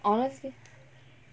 honestly